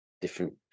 different